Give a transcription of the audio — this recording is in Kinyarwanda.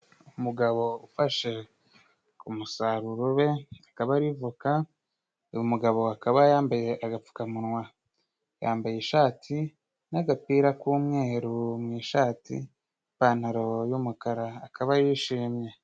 Umugabo ufashe umusaruro we, akaba ari voka , uyu mu gabo akaba yambaye agapfukamunwa, yambaye ishati n'agapira k'umweru mu ishati, ipantaro y'umukara akaba yishimye.